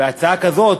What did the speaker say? והצעה כזאת,